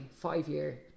five-year